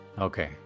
Okay